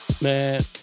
man